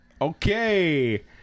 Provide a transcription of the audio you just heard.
Okay